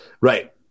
Right